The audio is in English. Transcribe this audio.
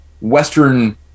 Western